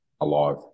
alive